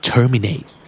Terminate